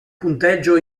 punteggio